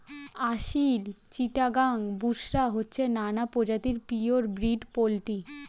আসিল, চিটাগাং, বুশরা হচ্ছে নানা প্রজাতির পিওর ব্রিড পোল্ট্রি